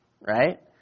right